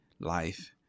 life